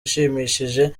ishimishije